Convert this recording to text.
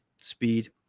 speed